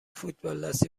فوتبالدستی